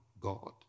God